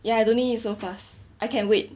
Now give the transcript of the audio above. ya I don't need it so fast I can wait